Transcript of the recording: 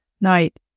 night